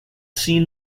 seen